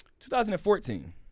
2014